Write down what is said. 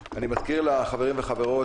בוקר טוב לכולם, לחברים ולחברות,